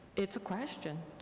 it's a question,